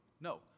No